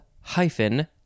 hyphen